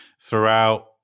throughout